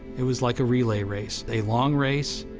it was like a relay race, a long race,